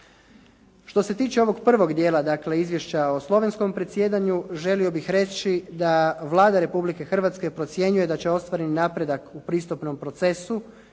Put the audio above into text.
Što se tiče ovog prvog dijela dakle izvješća o slovenskom predsjedanju želio bih reći da Vlada Republike Hrvatske procjenjuje da će ostvareni napredak u pristupnom procesu